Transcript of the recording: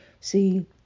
See